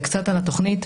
קצת על התוכנית: